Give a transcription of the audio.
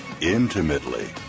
intimately